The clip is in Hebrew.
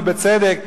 ובצדק,